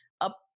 up